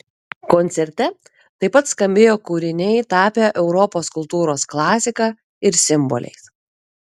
koncerte taip pat skambėjo kūriniai tapę europos kultūros klasika ir simboliais